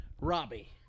Robbie